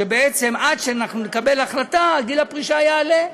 שבעצם עד שאנחנו נקבל החלטה גיל הפרישה יעלה,